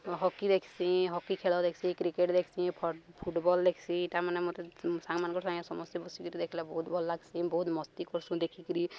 hockey ଦେଖ୍ସି hockey ଖେଳ ଦେଖ୍ସି କ୍ରିକେଟ୍ ଦେଖ୍ସି ଫ ଫୁଟବଲ୍ ଦେଖ୍ସି ତା' ମାନେ ମୋତେ ସାଙ୍ଗମାନଙ୍କର ସାଙ୍ଗେ ସମସ୍ତେ ବସିିକିରି ଦେଖିଲେ ବହୁତ ଭଲ ଲାଗ୍ସି ବହୁତ ମସ୍ତି କର୍ସୁଁ ଦେଖିକିରି